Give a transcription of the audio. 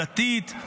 הדתית,